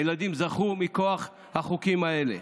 הילדים זכו מכוח החוקים האלה.